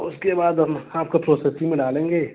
उसके बाद हम आपका प्रोसेसिंग में डालेंगे